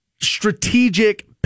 strategic